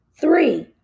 Three